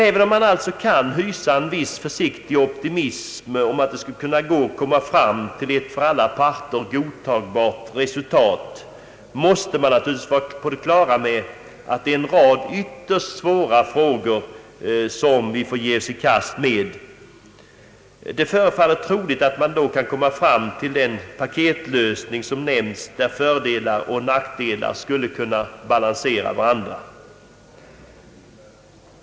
Även om man alltså kan hysa en viss försiktig optimism om att det skulle kunna gå att komma fram till ett för alla parter godtagbart resultat, måste man naturligtvis vara på det klara med att det är en rad ytterst svåra frågor som vi får ge oss i kast med. Det förefaller troligt att man kan komma fram till den paketlösning som nämnts, där fördelar och nackdelar skulle kunna balansera varandra.